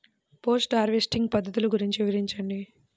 Post harvesting పద్ధతులు గురించి వివరించండి?